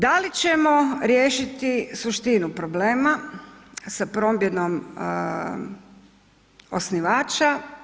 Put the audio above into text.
Da li ćemo riješiti suštinu problema sa promjenom osnivača?